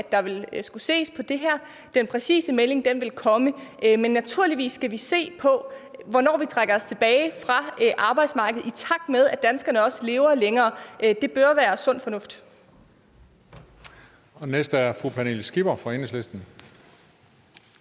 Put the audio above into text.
at der vil skulle ses på det her. Den præcise melding vil komme. Men naturligvis skal vi se på, hvornår vi trækker os tilbage fra arbejdsmarkedet, i takt med at danskerne også lever længere. Det bør være sund fornuft.